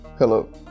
Hello